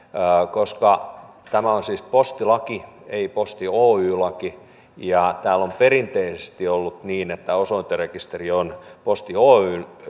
koska tämä on siis postilaki ei posti oy laki ja täällä on perinteisesti ollut niin että osoiterekisteri on posti